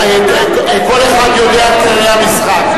כל אחד יודע את כללי המשחק.